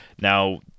Now